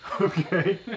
Okay